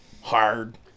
hard